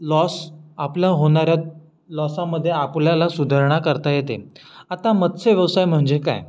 loss आपल्या होणाऱ्यात लॉसामध्ये आपल्याला सुधारणा करता येते आता मत्स्यव्यवसाय म्हणजे काय